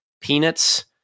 peanuts